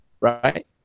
Right